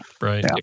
Right